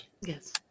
yes